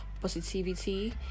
positivity